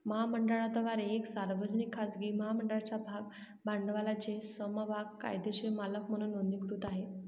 महामंडळाद्वारे एक सार्वजनिक, खाजगी महामंडळाच्या भाग भांडवलाचे समभाग कायदेशीर मालक म्हणून नोंदणीकृत आहे